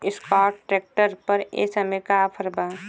Escort tractor पर ए समय का ऑफ़र बा?